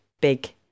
big